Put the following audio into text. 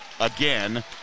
again